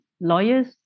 lawyers